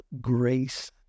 grace